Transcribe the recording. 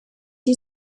die